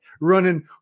running